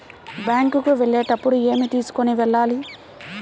Bank కు వెళ్ళేటప్పుడు ఏమి తీసుకొని వెళ్ళాలి?